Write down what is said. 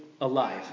alive